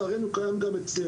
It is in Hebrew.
לצערנו, זה קיים גם אצלנו.